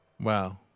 Wow